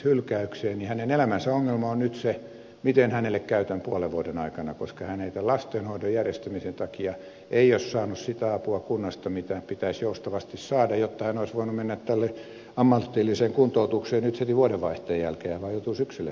hänen elämänsä ongelma on nyt se miten hänelle käy tämän puolen vuoden aikana koska hän ei tämän lastenhoidon järjestämisen takia ole saanut sitä apua kunnasta mitä pitäisi joustavasti saada jotta hän olisi voinut mennä ammatilliseen kuntoutukseen nyt heti vuodenvaihteen jälkeen vaan hän joutuu syksyllä sen järjestämään